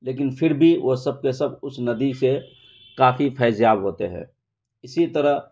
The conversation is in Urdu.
لیکن پھر بھی وہ سب کے سب اس ندی سے کافی فیضیاب ہوتے ہیں اسی طرح